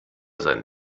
sein